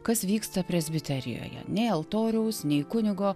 kas vyksta presbiterijoje nei altoriaus nei kunigo